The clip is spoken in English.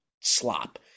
slop